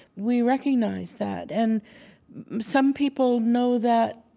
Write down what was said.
we recognize that. and some people know that